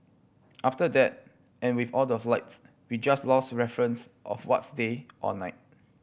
after that and with all the flights we just lost reference of what's day or night